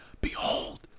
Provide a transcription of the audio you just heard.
Behold